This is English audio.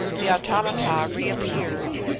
the automata reappeared,